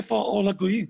איפה האור לגויים?